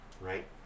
right